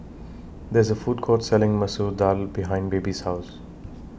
There IS A Food Court Selling Masoor Dal behind Baby's House